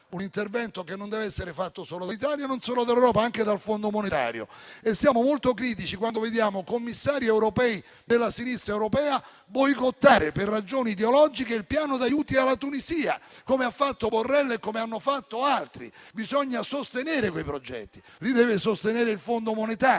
un intervento che deve essere fatto non solo dall'Italia, non solo dall'Europa, ma anche dal Fondo monetario internazionale. Siamo molto critici quando vediamo commissari europei della sinistra europea boicottare per ragioni ideologiche il piano di aiuti alla Tunisia, come ha fatto Borrell e come hanno fatto altri. Bisogna sostenere quei progetti, li deve sostenere il Fondo monetario;